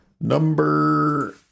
Number